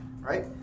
right